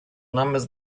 numbers